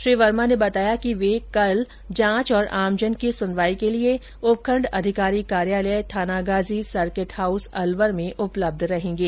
श्री वर्मा ने बताया कि वे कल जांच और आमजन की सुनवाई के लिए उपखण्ड अधिकारी कार्यालय थानागाजी सर्किट हाउस अलवर में उपलब्ध रहेंगे